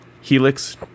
Helix